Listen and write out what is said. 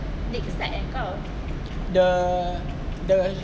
the the